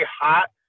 hot